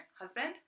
husband